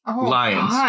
Lions